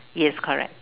yes correct